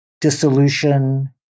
dissolution